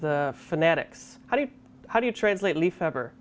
the fanatics how do you how do you translate leaf ever